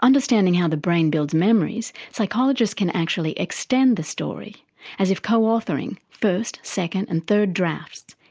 by understanding how the brain builds memories, psychologists can actually extend the story as if co-authoring first, second, and third drafts,